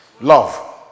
Love